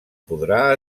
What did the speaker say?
podrà